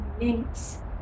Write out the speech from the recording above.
links